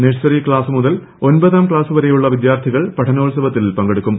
nursery class മുതൽ ഒമ്പതാം class വരെയുള്ള വിദ്യാർത്ഥികൾ പഠനോത്സവത്തിൽ പങ്കെടുക്കും